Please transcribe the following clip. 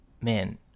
Man